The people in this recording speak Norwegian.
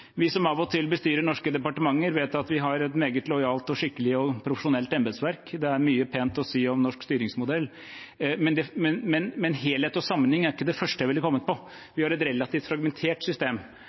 Vi som av og til bestyrer norske departementer, vet at vi har et meget lojalt, skikkelig og profesjonelt embetsverk. Det er mye pent å si om norsk styringsmodell, men helhet og sammenheng er ikke det første jeg ville kommet på. Vi har et relativt fragmentert system,